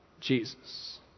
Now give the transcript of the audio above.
Jesus